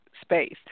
space